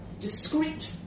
discreet